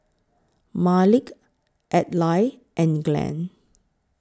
Malik Adlai and Glenn